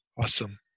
Awesome